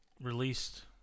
released